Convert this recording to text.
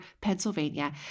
Pennsylvania